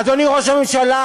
אדוני ראש הממשלה,